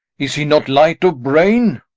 is he not light of brain?